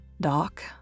Doc